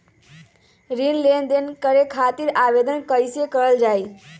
ऋण लेनदेन करे खातीर आवेदन कइसे करल जाई?